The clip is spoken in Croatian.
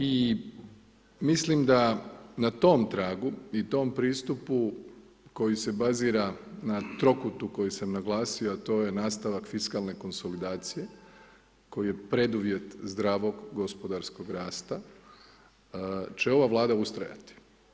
I mislim da na tom tragu i tom pristupu koji se bazira na trokutu koji sam naglasio, a to je nastavak fiskalne konsolidacije koji je preduvjet zdravog gospodarskog rasta će ova vlada ustrajati.